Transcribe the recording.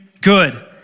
good